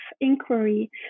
inquiry